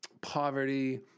poverty